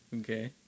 Okay